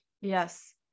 Yes